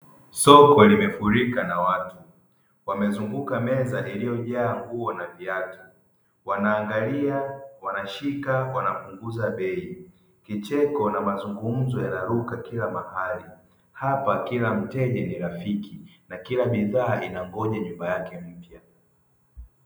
Soko limefurika na watu wamezunguka meza iliyojaa nguo na viatu, wanaangalia, wanashika na wanapunguza bei, kicheko na mazungumzo yanaruka kila mahali hapa kila mteja ni rafiki na kila bidhaa inangoja nyumba yake mpya.